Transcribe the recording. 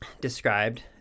described